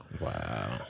Wow